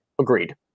Agreed